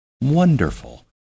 wonderful